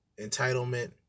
entitlement